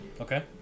Okay